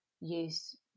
use